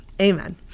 Amen